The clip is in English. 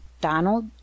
Donald